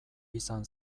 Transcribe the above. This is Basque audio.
izan